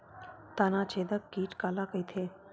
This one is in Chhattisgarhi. तनाछेदक कीट काला कइथे?